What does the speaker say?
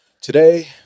Today